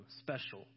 special